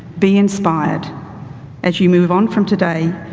be inspired as you move on from today,